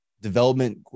development